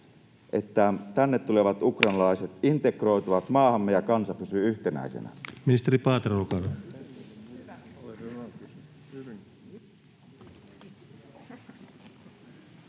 että tänne tulevat ukrainalaiset integroituvat maahamme ja kansa pysyy yhtenäisenä?